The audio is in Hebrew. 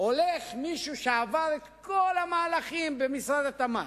הולך מישהו שעבר את כל המהלכים במשרד התמ"ת,